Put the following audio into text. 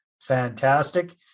fantastic